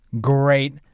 Great